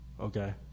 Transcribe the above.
okay